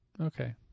Okay